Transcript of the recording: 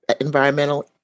environmental